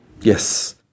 Yes